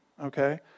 Okay